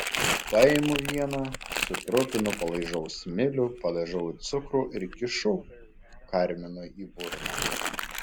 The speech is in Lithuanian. paimu vieną sutrupinu palaižau smilių padažau į cukrų ir kišu karminui į burną